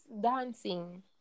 dancing